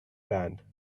band